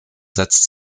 setzt